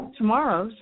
tomorrow